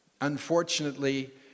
Unfortunately